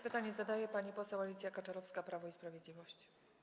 Pytanie zadaje pani poseł Alicja Kaczorowska, Prawo i Sprawiedliwość.